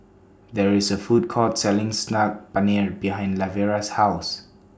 There IS A Food Court Selling Saag Paneer behind Lavera's House